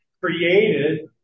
created